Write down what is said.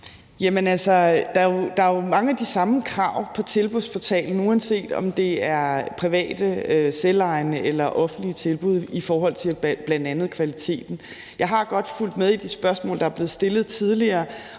der er jo mange af de samme krav på tilbudsportalen, uanset om det er private, selvejende eller offentlige tilbud, i forhold til bl.a. kvaliteten. Jeg har godt fulgt med i de spørgsmål, der er blevet stillet tidligere,